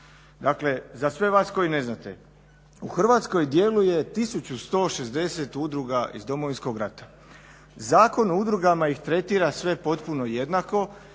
Dakle, za sve vas koji ne znate u Hrvatskoj djeluje 1160 udruga iz Domovinskog rata. Zakon o udrugama ih tretira sve potpuno jednako